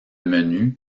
menu